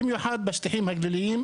במיוחד בשטחים הגדולים.